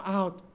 out